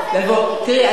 תראי,